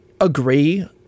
agree